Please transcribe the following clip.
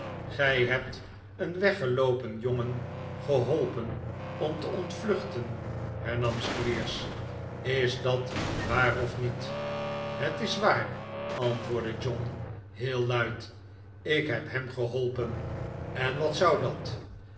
gij hebt een weggeloopen jongen geholpen om te ontvluchten hernam squeers is dat waar of niet het is waar antwoordde john heel luid ik heb hem geholpen en wat zou dat